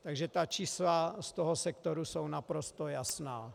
Takže čísla z toho sektoru jsou naprosto jasná.